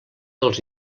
dels